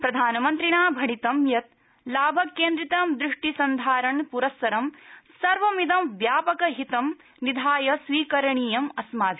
प्रधानमंत्रिणा भणितं यत् लाभ केंद्रितं दृष्टि सन्धारण प्रस्सरं सर्वमिदं व्यापक हितं निधाय स्वीकरणीयम् अस्माभि